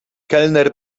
kelner